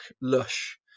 lush